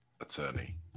attorney